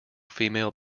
female